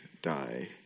die